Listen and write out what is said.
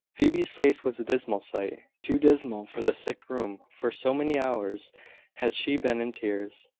phoebe's face was a dismal sight too dismal for the sickroom, for so many hours had she been in tears.